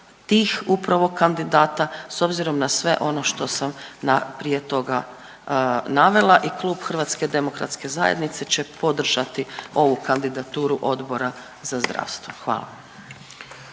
tih upravo kandidata s obzirom na sve ono što sam prije toga navela i klub HDZ-a će podržati ovu kandidaturu Odbora za zdravstvo. Hvala.